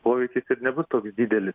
pojūtis ir nebus toks didelis